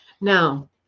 Now